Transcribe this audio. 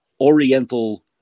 oriental